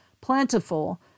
plentiful